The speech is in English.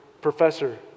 professor